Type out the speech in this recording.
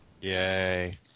Yay